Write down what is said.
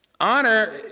Honor